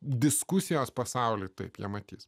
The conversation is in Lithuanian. diskusijos pasaulį taip jie matys